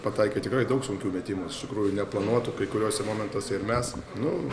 pataikė tikrai daug sunkių metimų iš tikrųjų neplanuotų kai kuriuose momentuose ir mes nu